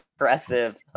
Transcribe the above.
Impressive